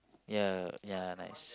ya ya nice